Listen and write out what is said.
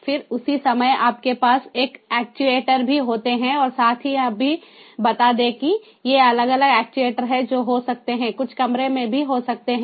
फिर उसी समय आपके पास कुछ एक्ट्यूएटर भी होते हैं और साथ ही यह भी बता दें कि ये अलग अलग एक्ट्यूएटर हैं जो हो सकते हैं कुछ कमरे में भी हो सकते हैं